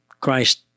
Christ